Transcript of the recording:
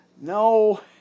No